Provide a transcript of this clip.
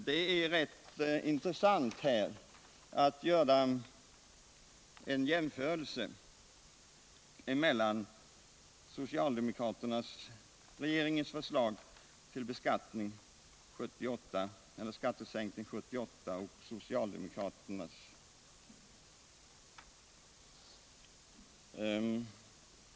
Det är då rätt intressant att göra en jämförelse mellan regeringens och socialdemokraternas förslag till skattesänkning för 1978.